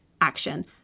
action